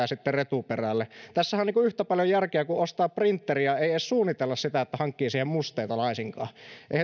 jätetään sitten retuperälle tässähän on yhtä paljon järkeä kuin ostaa printteri eikä edes suunnitella sitä että hankkisi siihen musteita laisinkaan